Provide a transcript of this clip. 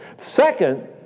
Second